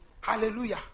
Hallelujah